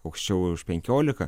aukščiau už penkiolika